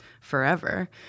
forever